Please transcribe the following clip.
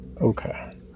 okay